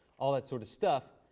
all that sort of stuff.